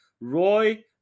Roy